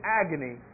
agony